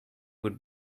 would